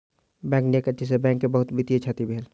bank डकैती से bank के बहुत वित्तीय क्षति भेल